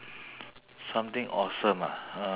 when I was young